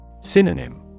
Synonym